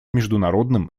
международным